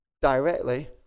directly